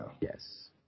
Yes